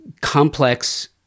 complex